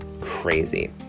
crazy